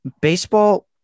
baseball